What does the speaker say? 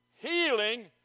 Healing